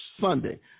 Sunday –